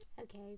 Okay